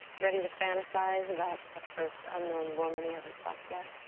ready to fantasize about the first unknown woman he hasn't fucked yet.